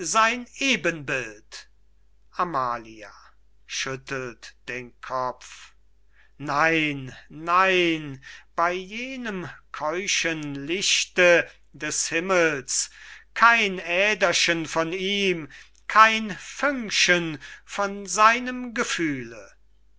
sein ebenbild amalia schüttelt den kopf nein nein bey jenem keuschen lichte des himmels kein aederchen von ihm kein fünkchen von seinem gefühle